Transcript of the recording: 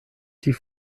die